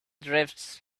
drift